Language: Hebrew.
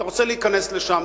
אתה רוצה להיכנס לשם?